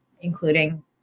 including